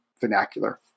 vernacular